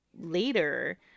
later